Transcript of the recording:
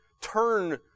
turn